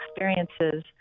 experiences